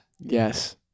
Yes